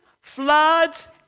floods